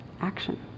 action